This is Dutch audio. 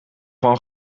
van